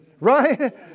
right